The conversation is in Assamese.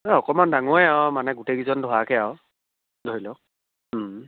এই অকণমান ডাঙেৰেই আৰু মানে গোটেইকেইজন ধৰাকৈ আৰু ধৰি লওক